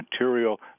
material